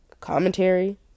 Commentary